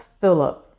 Philip